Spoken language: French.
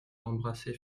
embrasser